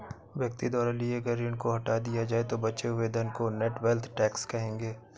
व्यक्ति द्वारा लिए गए ऋण को हटा दिया जाए तो बचे हुए धन को नेट वेल्थ टैक्स कहेंगे